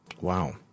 Wow